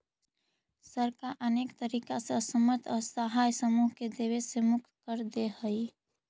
सरकार अनेक तरीका से असमर्थ असहाय समूह के देवे से मुक्त कर देऽ हई